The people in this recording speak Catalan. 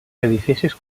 edificis